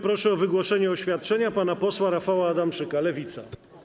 Proszę o wygłoszenie oświadczenia pana posła Rafała Adamczyka, Lewica.